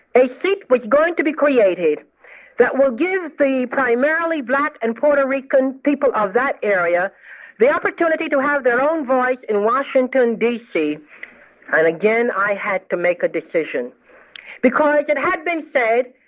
a seat was going to be created that will give the primarily black and puerto rican people of that area the opportunity to have their own voice in washington, d c. and again, i had to make a decision because it had been said,